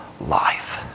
life